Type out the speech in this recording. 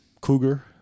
Cougar